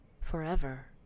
forever